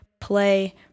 play